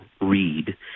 read